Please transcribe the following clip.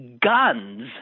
guns